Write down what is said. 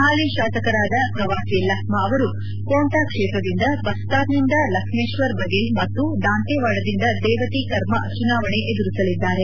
ಹಾಲಿ ಶಾಸಕರಾದ ಕವಾಸಿ ಲಬ್ಮಾ ಅವರು ಕೊಂಟಾ ಕ್ಷೇತ್ರದಿಂದ ಬಸ್ತಾರ್ನಿಂದ ಲಬೇಶ್ವರ್ ಬಗೇಲ್ ಮತ್ತು ದಂತೇವಾಡದಿಂದ ದೇವತಿ ಕರ್ಮಾ ಚುನಾವಣೆ ಎದುರಿಸಲಿದ್ದಾರೆ